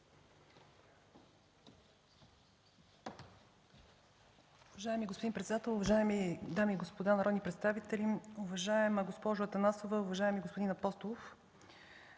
Уважаеми господин председател, уважаеми госпожи и господа народни представители, уважаема госпожо Йорданова, уважаема госпожо Милева,